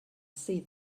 see